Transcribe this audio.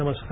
नमस्कार